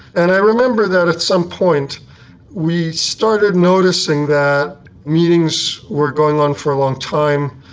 and i remember that at some point we started noticing that meetings were going on for a long time,